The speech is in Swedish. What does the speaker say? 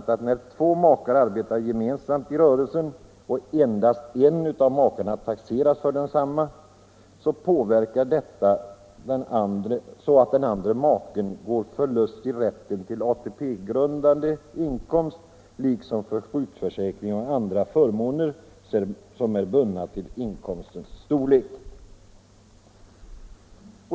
på att när två makar arbetar gemensamt i en rörelse och endast en av makarna taxeras för densamma, går den andra maken förlustig rätten till ATP grundande inkomst liksom sjukförsäkring och andra förmåner som är bundna till inkomstens storlek.